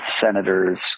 Senators